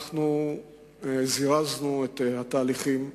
אנחנו זירזנו את התהליכים.